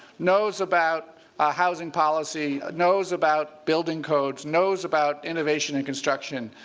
knows about housing policy, knows about building codes, knows about innovation in construction,